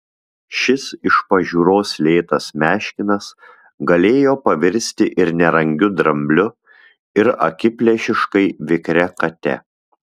šis iš pažiūros lėtas meškinas galėjo pavirsti ir nerangiu drambliu ir akiplėšiškai vikria kate